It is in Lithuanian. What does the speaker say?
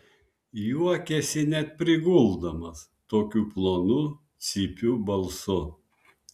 juokėsi net priguldamas tokiu plonu cypiu balsu